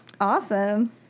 Awesome